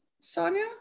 sonia